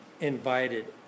invited